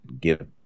give